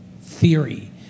theory